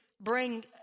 bring